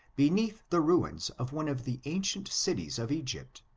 beneath the ruins of one of the ancient cities of egypt.